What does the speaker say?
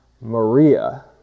Maria